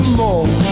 more